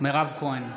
מירב כהן,